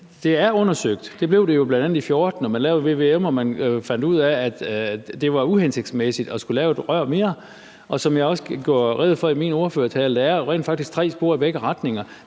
blevet undersøgt. Det blev det bl.a. i 2014, hvor man lavede en vvm og man fandt ud af, at det var uhensigtsmæssigt at skulle lave et rør mere, og der er jo rent faktisk, som jeg også gjorde rede for i min ordførertale, tre spor i begge retninger.